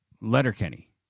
Letterkenny